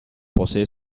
posee